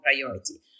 priority